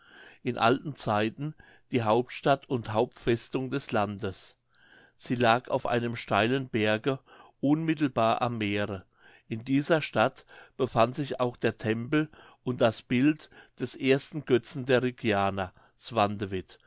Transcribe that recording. in alten zeiten die hauptstadt und hauptfestung des landes sie lag auf einem steilen berge unmittelbar am meere in dieser stadt befand sich auch der tempel und das bild des ersten götzen der